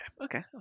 Okay